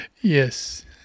Yes